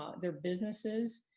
their businesses,